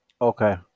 Okay